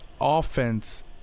offense